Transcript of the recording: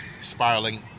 spiraling